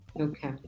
Okay